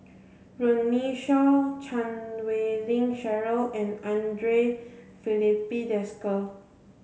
Runme Shaw Chan Wei Ling Cheryl and Andre Filipe Desker